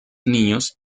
niños